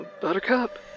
Buttercup